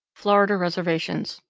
florida reservations.